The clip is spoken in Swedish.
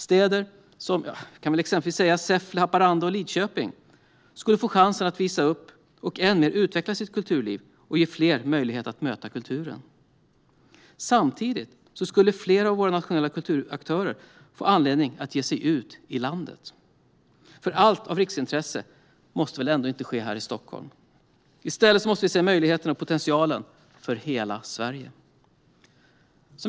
Städer som exempelvis Säffle, Haparanda och Lidköping skulle få chansen att visa upp och utveckla sitt kulturliv ännu mer och ge fler möjlighet att möta kulturen. Dessutom skulle flera av våra nationella kulturaktörer få anledning att ge sig ut i landet. Allt av riksintresse måste väl ändå inte ske i Stockholm? I stället måste vi se möjligheterna och potentialen i hela Sverige.